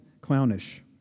clownish